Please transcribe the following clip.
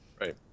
Right